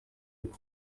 kuko